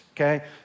okay